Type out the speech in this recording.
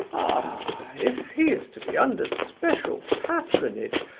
ah if he is to be under special patronage,